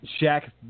Shaq